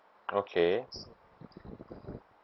okay